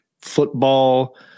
football